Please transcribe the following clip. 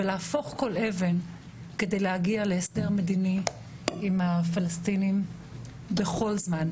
ולהפוך כל להסדר מדיני עם הפלסטינים בכל זמן,